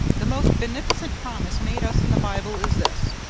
the most beneficent promise made us in the bible is this,